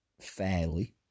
fairly